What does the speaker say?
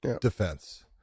defense